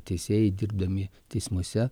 teisėjai dirbdami teismuose